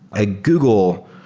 ah google,